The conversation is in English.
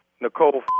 Nicole